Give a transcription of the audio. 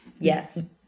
Yes